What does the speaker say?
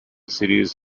series